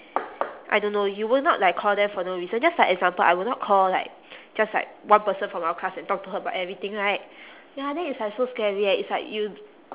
I don't know you will not like call them for no reason just like example I will not call like just like one person from our class and talk to her about everything right ya then it's like so scary eh it's like you